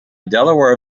delaware